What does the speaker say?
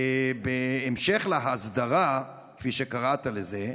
בהמשך להסדרה, כפי שקראת לזה,